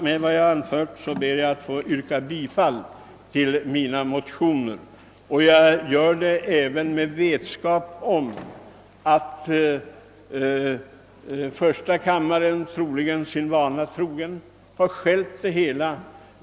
Med vad jag anfört ber jag få yrka bifall till mina motioner. Jag gör det även med vetskap om att första kammaren sin vana trogen antagligen har stjälpt det hela.